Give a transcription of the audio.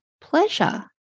pleasure